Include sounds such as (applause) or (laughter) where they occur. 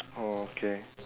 (noise) oh okay